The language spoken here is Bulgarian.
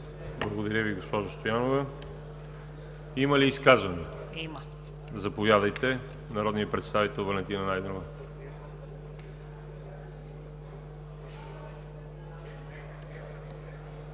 Благодаря Ви, госпожо Стоянова. Има ли изказвания? Заповядайте. Народният представител Валентина Найденова.